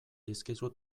dizkizu